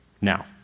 Now